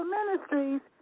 Ministries